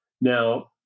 Now